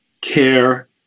care